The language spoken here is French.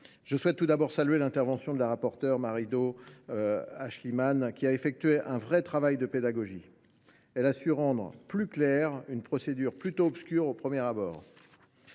je souhaite tout d’abord saluer l’intervention de Mme la rapporteure Marie Do Aeschlimann. Grâce à un véritable travail de pédagogie, elle a su rendre plus claire une procédure plutôt obscure au premier abord.